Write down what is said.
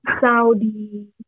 Saudi